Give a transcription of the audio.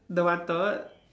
the wanted